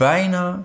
Bijna